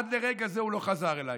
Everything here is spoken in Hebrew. עד לרגע זה הוא לא חזר אליי.